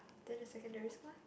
then the secondary school eh